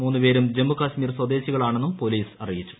മൂന്നുപേരും ജമ്മു കശ്മീർ സ്വദേശികളാണെന്നും പോലീസ് അറിയിച്ചു